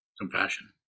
compassion